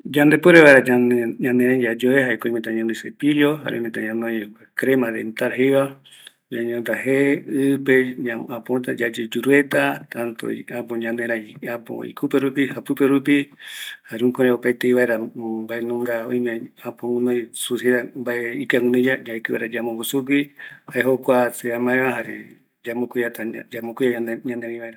Yande puere vaera yayoe yande raï, jaeko oimeta ñanoi colino, cepillo, ɨ pe yayoe, ñaneraï, ikuperupi, japɨpe rupi, jukurai oime yave ikɨa yaeɨi vaera yamombo sugui, jukurai yambo cuida ñaneraï